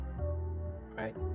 right